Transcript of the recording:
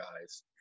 guys